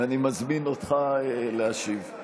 ואני מזמין אותך להשיב.